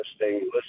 listening